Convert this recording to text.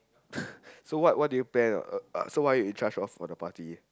so what what do you plan so what are you in charge of for the party